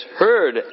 heard